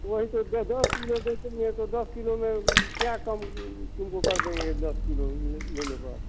वही तो किलो बेचेंगे तो दस किलो में क्या कम तुमको कर देंगे दस किलो ले लेने पर